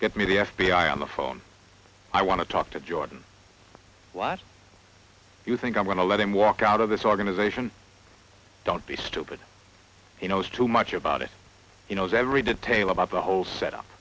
get me the f b i on the phone i want to talk to jordan what you think i'm going to let him walk out of this organization don't be stupid he knows too much about it you know every detail about the whole set up